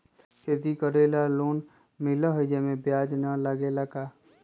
खेती करे ला लोन मिलहई जे में ब्याज न लगेला का?